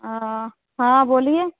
हाँ हाँ बोलिए